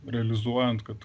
realizuojant kad